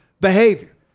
behavior